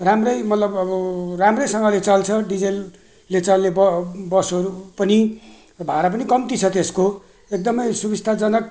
राम्रै मतलब अब राम्रैसँगले चल्छ डिजलले चल्ने ब बसहरू पनि भाडा पनि कम्ती छ त्यसको एकदमै सुविस्ताजनक